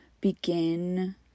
begin